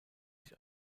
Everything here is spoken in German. sich